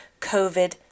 COVID